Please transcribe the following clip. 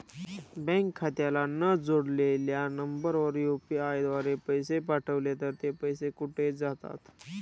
Bank खात्याला न जोडलेल्या नंबरवर यु.पी.आय द्वारे पैसे पाठवले तर ते पैसे कुठे जातात?